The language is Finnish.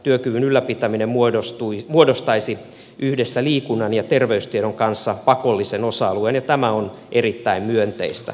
työkyvyn ylläpitäminen muodostaisi yhdessä liikunnan ja terveystiedon kanssa pakollisen osa alueen ja tämä on erittäin myönteistä